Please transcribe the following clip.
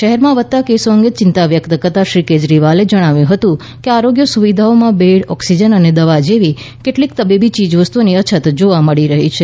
શહેરમાં વધતાં કેસો અંગે ચિંતા વ્યક્ત કરતાં શ્રી કેજરીવાલે જણાવ્યું હતું કે આરોગ્ય સુવિધાઓમાં બેડ ઑક્સીજન અને દવા જેવી કેટલીક તબીબી ચીજવસ્તુઓની અછત જોવા મળી રહી છે